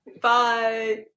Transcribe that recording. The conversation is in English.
Bye